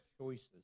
Choices